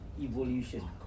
evolution